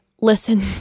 listen